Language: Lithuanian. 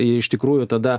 jie iš tikrųjų tada